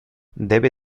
debe